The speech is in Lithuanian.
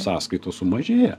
sąskaitos sumažėja